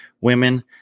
women